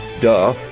duh